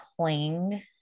cling